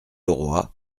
auroi